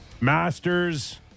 Masters